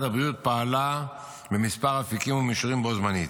הבריאות פעלה בכמה אפיקים ומישורים בו-זמנית.